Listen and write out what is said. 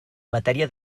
matèria